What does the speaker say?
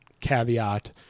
caveat